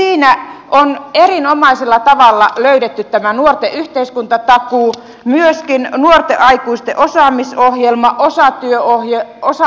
siinä on erinomaisella tavalla löydetty tämä nuorten yhteiskuntatakuu myöskin nuorten aikuisten osaamisohjelma osa aikatyöohjelmat